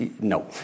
no